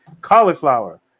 Cauliflower